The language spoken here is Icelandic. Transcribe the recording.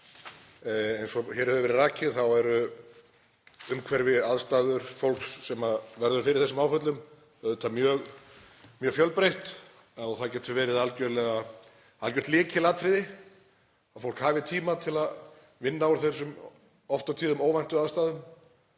Eins og hér hefur verið rakið eru umhverfi og aðstæður fólks sem verður fyrir þessum áföllum auðvitað mjög fjölbreytt. Það getur verið algjört lykilatriði að fólk hafi tíma til að vinna úr þessum oft á tíðum óvæntu aðstæðum.